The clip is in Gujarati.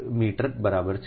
21 એક મીટર બરાબર છે